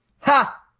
Ha